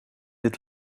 dit